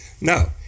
no